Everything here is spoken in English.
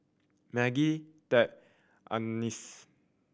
Maggie Tab Agness